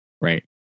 right